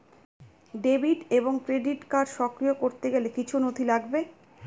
Debit এবং credit card সক্রিয় করতে গেলে কিছু নথি লাগবে?